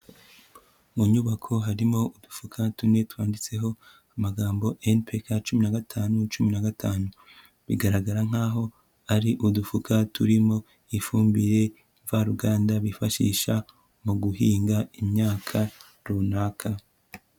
Mu nyubako harimo udufuka tune, twanditseho amagambo NPK cumi na gatanu cumi na gatanu. Bigaragara nk'aho ari udufuka turimo ifumbire mvaruganda, bifashisha mu guhinga imyaka runaka.